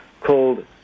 called